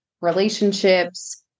relationships